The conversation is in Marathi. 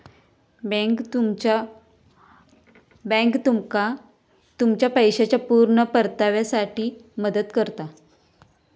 बॅन्क तुमका तुमच्या पैशाच्या पुर्ण परताव्यासाठी मदत करता